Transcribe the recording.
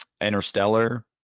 Interstellar